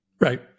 Right